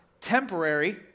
Temporary